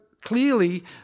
clearly